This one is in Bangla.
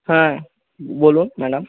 হ্যাঁ বলুন ম্যাডাম